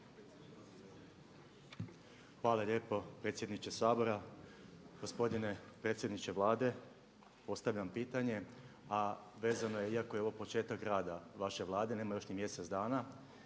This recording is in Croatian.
Hvala lijepo predsjedniče Sabora. Gospodine predsjedniče Vlade. Postavljam pitanje, a vezano je iako je ovo početak rada vaše Vlade, nema još ni mjesec dana